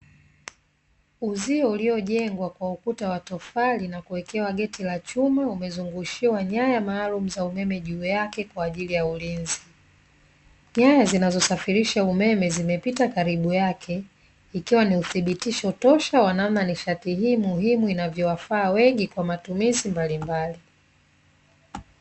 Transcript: Uzio uliojengwa kwa ukuta wa tofali na kuwekewa geti la chuma, umezungushiwa nyaya maalumu juu yake kwaajili ya ulinzi. Nyaya zinazosafirisha umeme zimepita karibu yake, ikiwa ni uthibitisho tosha wa namna nishati hii muhimu inavyowafaa wengi kwa matumizi mbalimbali.